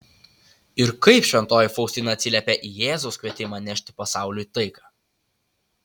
ir kaip šventoji faustina atsiliepė į jėzaus kvietimą nešti pasauliui taiką